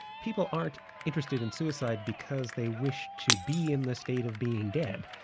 people aren't interested in suicide because they wish to be in the state of being dead,